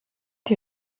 die